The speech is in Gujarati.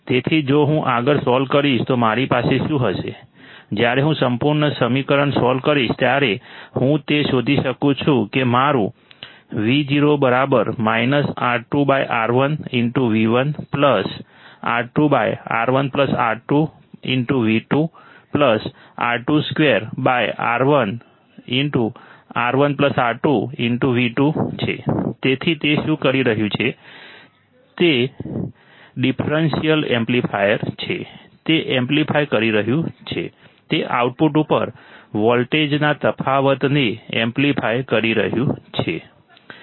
તેથી જો હું આગળ સોલ્વ કરીશ તો મારી પાસે શું હશે જ્યારે હું સંપૂર્ણ સમીકરણ સોલ્વ કરીશ ત્યારે હું તે શોધી શકું છું કે મારું તેથી તે શું કરી રહ્યું છે તે ડિફરન્શિયલ એમ્પ્લીફાયર છે તે એમ્પ્લીફાય કરી રહ્યું છે તે આઉટપુટ ઉપર વોલ્ટેજના તફાવતને એમ્પ્લીફાય કરી રહ્યું છે